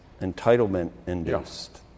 entitlement-induced